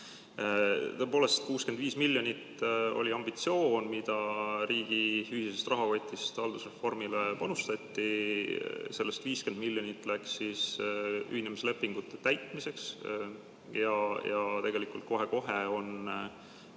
Tõepoolest, 65 miljonit oli ambitsioon, mis riigi ühisest rahakotist haldusreformile panustati. Sellest 50 miljonit läks ühinemislepingute täitmiseks. Tegelikult on kohe-kohe